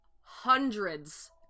hundreds